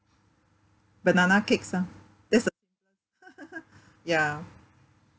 banana cakes ah that's the ya